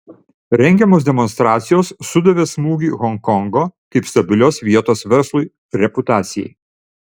rengiamos demonstracijos sudavė smūgį honkongo kaip stabilios vietos verslui reputacijai